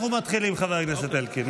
אנחנו מתחילים, חבר הכנסת אלקין.